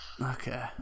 Okay